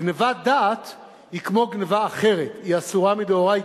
גנבת דעת היא כמו גנבה אחרת, היא אסורה מדאורייתא.